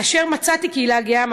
כאשר מצאתי קהילה גאה,